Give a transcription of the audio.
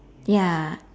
ya